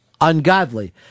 ungodly